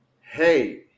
hey